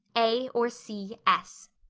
a. or c s.